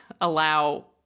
allow